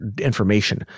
information